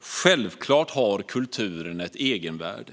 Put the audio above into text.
Självklart har kultur ett egenvärde.